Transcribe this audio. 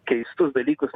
keistus dalykus